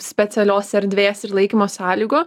specialios erdvės ir laikymo sąlygų